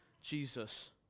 Jesus